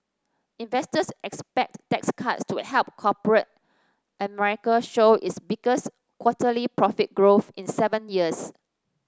investors expect tax cuts to help corporate America show its biggest quarterly profit growth in seven years